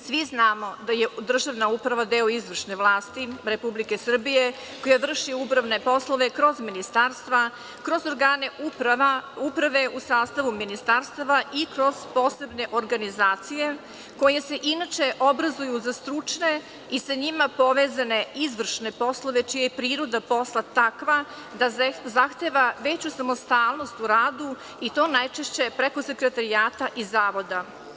Svi znamo da je državna uprava deo izvršne vlasti Republike Srbije koja vrši upravne poslove kroz ministarstva, kroz organe uprave u sastavu ministarstava i kroz posebne organizacije koje se inače obrazuju za stručne i sa njima povezane izvršne poslove čija je priroda posla takva da zahteva veću samostalnost u radu i to najčešće preko sekretarijata i zavoda.